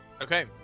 Okay